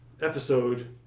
episode